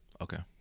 Okay